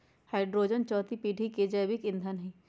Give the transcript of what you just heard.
hydrogen चउथी पीढ़ी के जैविक ईंधन हई